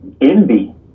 envy